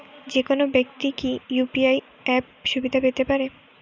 যেকোনো ব্যাক্তি কি ইউ.পি.আই অ্যাপ সুবিধা পেতে পারে?